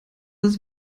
als